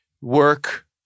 work